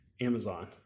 Amazon